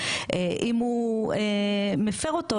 אם הוא מפר אותו,